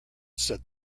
said